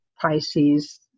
Pisces